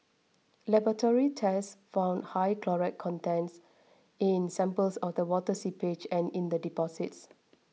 laboratory tests found high chloride content in samples of the water seepage and in the deposits